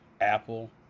Apple